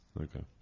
okay